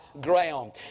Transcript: ground